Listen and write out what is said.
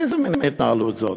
איזה מין התנהלות זאת?